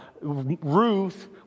Ruth